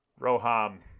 Roham